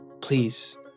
please